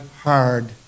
hard